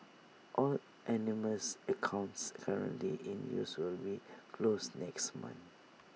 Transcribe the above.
all anonymous accounts currently in use will be closed next month